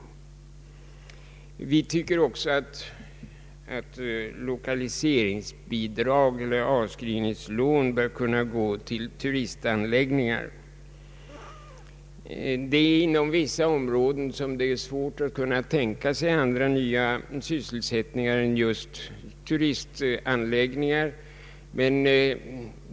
Vi tycker också att lokaliseringsbidrag eller avskrivningslån bör kunna utgå till turistanläggningar. Inom vissa områden är det svårt att tänka sig andra former för sysselsättning än just i samband med turistanläggningar.